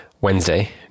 Wednesday